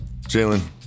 Jalen